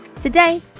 Today